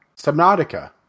Subnautica